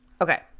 Okay